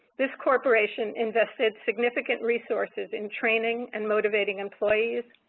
this corporation invested significant resources in training, and motivating employees.